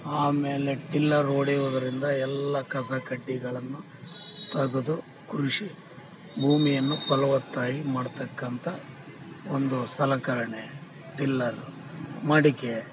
ಆಮೇಲೆ ಟಿಲ್ಲರ್ ಹೊಡೆಯುವುದ್ರಿಂದ ಎಲ್ಲ ಕಸಕಡ್ಡಿಗಳನ್ನು ತೆಗೆದು ಕೃಷಿ ಭೂಮಿಯನ್ನು ಫಲವತ್ತಾಗಿ ಮಾಡತಕ್ಕಂಥ ಒಂದು ಸಲಕರಣೆ ಟಿಲ್ಲರು ಮಡಿಕೆ